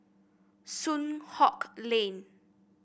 Soon Hock Lane